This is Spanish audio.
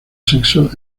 sexo